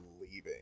leaving